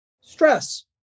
Stress